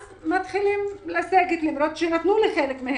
אז מתחילים לסגת, למרות שנתנו להם מהם.